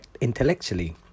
intellectually